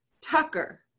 Tucker